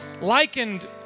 likened